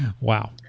Wow